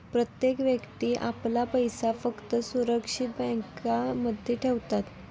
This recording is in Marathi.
प्रत्येक व्यक्ती आपला पैसा फक्त सुरक्षित बँकांमध्ये ठेवतात